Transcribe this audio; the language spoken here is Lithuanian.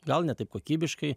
gal ne taip kokybiškai